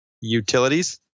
utilities